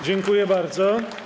Dziękuję bardzo.